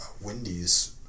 Wendy's